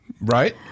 Right